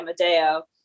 amadeo